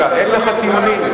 אין לך טיעונים.